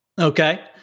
Okay